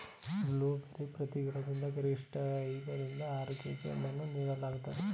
blueberry ಪ್ರತಿ ಗಿಡದಿಂದ ಗರಿಷ್ಠ ಐದ ರಿಂದ ಆರು ಕೆ.ಜಿ ಹಣ್ಣನ್ನು ನೀಡುತ್ತದೆ